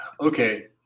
Okay